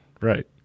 Right